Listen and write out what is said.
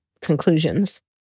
conclusions